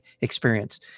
experience